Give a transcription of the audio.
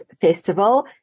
festival